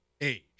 Age